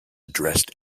addressed